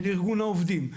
של ארגון העובדים,